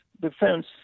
defense